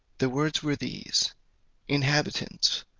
the words were these inhabitants,